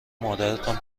مادرتان